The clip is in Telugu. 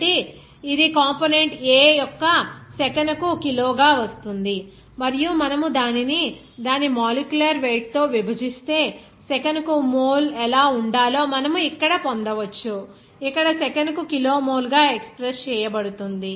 కాబట్టి ఇది ఈ కంపోనెంట్ A యొక్క సెకనుకు కిలో గా వస్తుంది మరియు మనము దానిని దాని మాలిక్యులర్ వెయిట్ తో విభజిస్తే సెకనుకు మోల్ ఎలా ఉండాలో మనము ఇక్కడ పొందవచ్చు ఇక్కడ సెకనుకు కిలోమోల్గా ఎక్స్ప్రెస్ చేయబడుతుంది